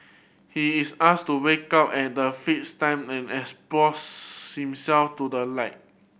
he is asked to wake up at the fixed time and expose himself to the light